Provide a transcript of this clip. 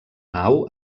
nau